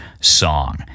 song